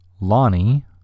Lonnie